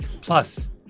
Plus